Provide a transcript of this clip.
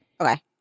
Okay